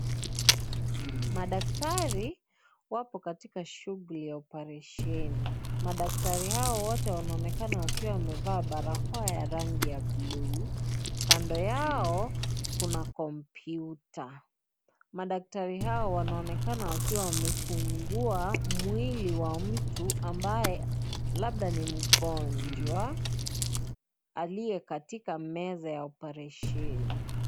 Madaktari wapo katika shughuli ya oparesheni . Madaktari hawa wote wanaonekana wakiwa wamevaa barakoa ya rangi ya blu kando yao kuna kompyuta. Madaktari hawa wanaonekana wakiwa wamefungua mwili wa mtu ambaye labda ni mgonjwa aliyekatika meza ya oparesheni.